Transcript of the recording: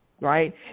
right